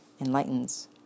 enlightens